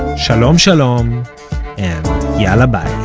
shalom shalom and yalla bye